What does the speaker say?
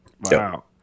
Wow